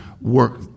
work